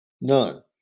None